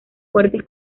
fuertes